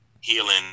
healing